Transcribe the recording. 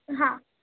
હા